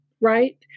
right